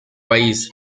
país